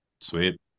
Sweet